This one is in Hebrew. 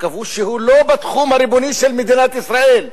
כבוש שהוא לא בתחום הריבוני של מדינת ישראל.